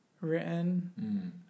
written